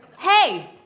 hey!